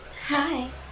Hi